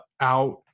out